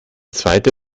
zweite